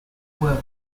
world